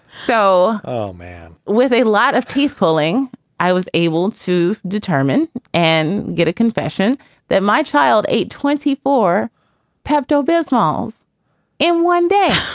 so. oh, man. with a lot of teeth pulling i was able to determine and get a confession that my child eight twenty four pepto-bismol in one day